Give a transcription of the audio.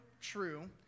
true